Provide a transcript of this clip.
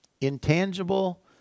intangible